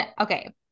okay